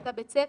את בית הספר?